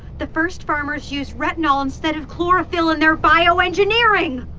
the first farmers used retinal instead of chlorophyll in their bio-engineering!